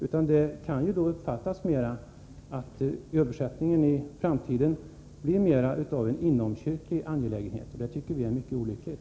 Detta kan ju uppfattas som att översättningen i framtiden blir mer en inomkyrklig angelägenhet — och det tycker vi är mycket olyckligt.